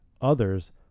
others